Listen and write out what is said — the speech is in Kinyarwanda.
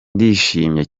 ndishimye